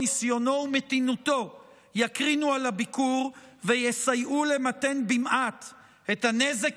ניסיונו ומתינותו יקרינו על הביקור ויסייעו למתן במעט את הנזק